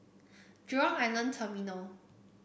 Jurong Island Terminal